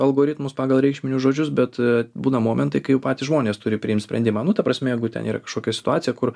algoritmus pagal reikšminius žodžius bet būna momentai kai patys žmonės turi priimt sprendimą nu ta prasme jeigu ten yra kažkokia situacija kur